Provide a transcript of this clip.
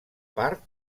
part